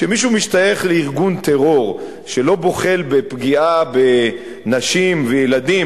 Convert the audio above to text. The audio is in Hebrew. כשמישהו משתייך לארגון טרור שלא בוחל בפגיעה בנשים וילדים,